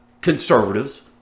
Conservatives